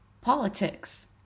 Politics